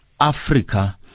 africa